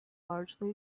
largely